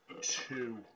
Two